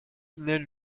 naît